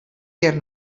hjir